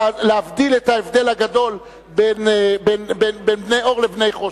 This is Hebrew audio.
להבדיל את ההבדל הגדול בין בני אור לבני חושך.